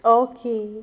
okay